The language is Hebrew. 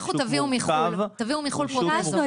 לכו תביאו מחו"ל פרוטזות.